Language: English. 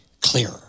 clearer